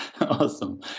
awesome